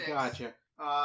Gotcha